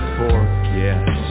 forget